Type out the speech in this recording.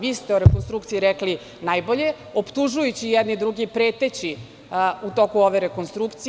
Vi ste o rekonstrukciji rekli najbolje, optužujući jedni druge i preteći u toku ove rekonstrukcije.